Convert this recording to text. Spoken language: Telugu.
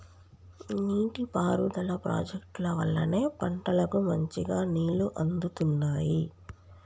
నీటి పారుదల ప్రాజెక్టుల వల్లనే పంటలకు మంచిగా నీళ్లు అందుతున్నాయి